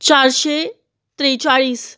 चारशे त्रेचाळीस